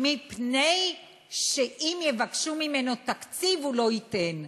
מפני שאם יבקשו ממנו תקציב הוא לא ייתן.